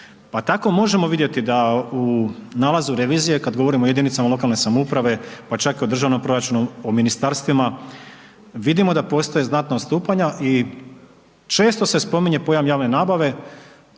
tako možemo vidjeti da u nalazu revizije kad govorimo o jedinicama lokalne samouprave, pa čak i o državnom proračunu, o ministarstvima, vidimo da postoje znatna odstupanja i često se spominje pojam javne nabave,